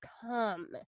come